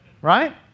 Right